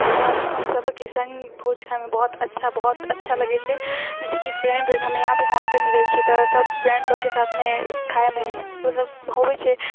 हमरा सबके सङ्ग भोज खायमे बहुत अच्छा बहुत अच्छा लगै छै जैसेकी फ्रेंड हम यहाँपर हॉस्टलमे रहै छियै तऽ सब फ्रेंड लोगके साथमे खाइमे मतलब होवै छै